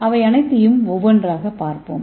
அவை அனைத்தையும் ஒவ்வொன்றாகப் பார்ப்போம்